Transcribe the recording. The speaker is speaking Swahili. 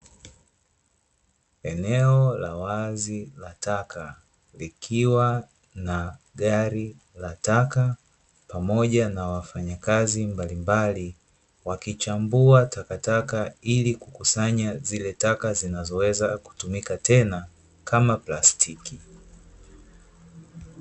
Eneo la wazi la taka likiwa na gari la taka pamoja na wafanyakazi mbalimbali, wakichambua takataka ili kukusanya zile taka zinazoweza kutumika tena kama plastiki.